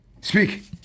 Speak